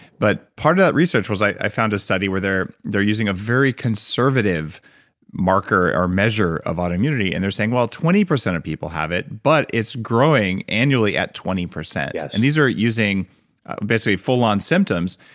but part of that research was i found a study where they're they're using a very conservative marker, or measure of autoimmunity and they're saying, well, twenty percent of people have it, but it's growing annually at twenty percent. yes and these are using basically full on symptoms,